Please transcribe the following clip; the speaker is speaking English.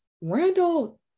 Randall